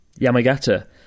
Yamagata